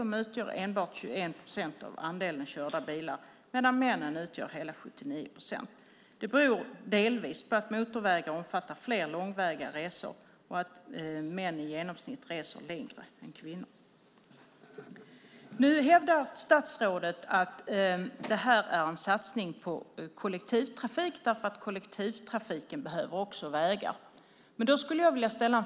De utgör enbart 21 procent av andelen bilförare medan männen utgör 79 procent. Det beror delvis på att motorvägar omfattar fler långväga resor och att män i genomsnitt reser längre än kvinnor. Statsrådet hävdar att detta är en satsning på kollektivtrafik därför att kollektivtrafiken också behöver vägar.